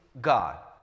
God